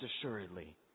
assuredly